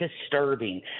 disturbing